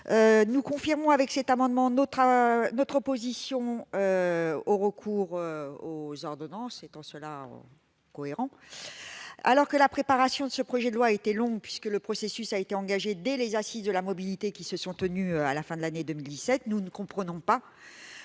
nous confirmons, par le dépôt de cet amendement, notre opposition au recours aux ordonnances ; nous sommes en cela cohérents. La préparation de ce projet de loi a été longue, puisque le processus a été engagé dès les Assises de la mobilité, qui se sont tenues à la fin de l'année 2017. Dès lors, nous ne comprenons pas